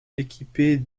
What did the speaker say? équipée